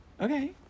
Okay